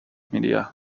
media